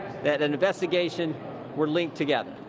that an investigation were linked together.